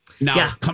now